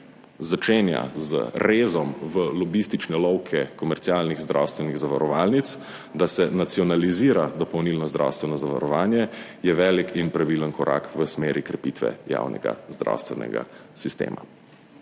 začenja z rezom v lobistične lovke komercialnih zdravstvenih zavarovalnic, da se nacionalizira dopolnilno zdravstveno zavarovanje, je velik in pravilen korak v smeri krepitve javnega zdravstvenega sistema.